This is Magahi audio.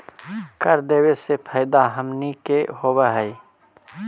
कर देबे से फैदा हमनीय के होब हई